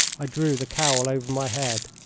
i drew the cowl over my head.